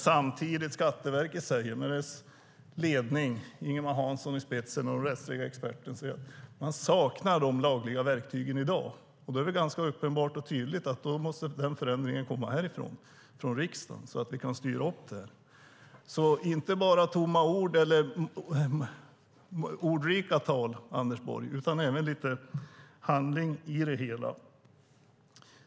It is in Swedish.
Samtidigt säger Skatteverkets ledning med Ingemar Hansson och rättsliga experter i spetsen att man saknar de lagliga verktygen i dag. Det är ganska uppenbart och tydligt att förändringen måste komma härifrån riksdagen, så att vi kan styra upp det här. Jag önskar alltså inte bara tomma ord och ordrika tal, Anders Borg, utan även lite handling i det hela.